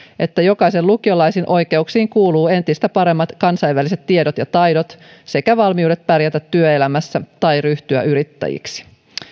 että jokaisen lukiolaisen oikeuksiin kuuluu entistä paremmat kansainväliset tiedot ja taidot sekä valmiudet pärjätä työelämässä tai ryhtyä yrittäjäksi